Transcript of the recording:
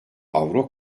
avro